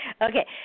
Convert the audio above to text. Okay